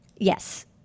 Yes